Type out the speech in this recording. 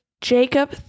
Jacob